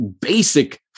basic